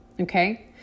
okay